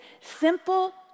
simple